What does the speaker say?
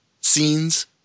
scenes